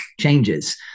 changes